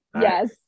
Yes